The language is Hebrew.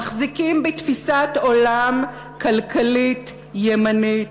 מחזיקים בתפיסת עולם כלכלית ימנית,